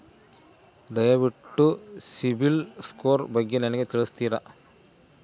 ದಯವಿಟ್ಟು CIBIL score ಬಗ್ಗೆ ನನಗೆ ತಿಳಿಸ್ತೀರಾ?